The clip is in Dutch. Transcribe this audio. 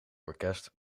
orkest